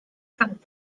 kann